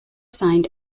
signed